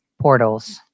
portals